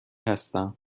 هستم